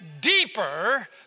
deeper